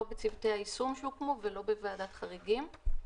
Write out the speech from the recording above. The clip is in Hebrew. בצוותי היישום שהוקמו ולא בוועדת חריגים.